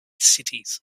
cities